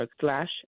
slash